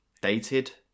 dated